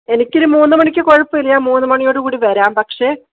എനിക്കൊരു മൂന്ന് മണിക്ക് കുഴപ്പമില്ല മൂന്ന് മണിയോടു കൂടി വരാം പക്ഷെ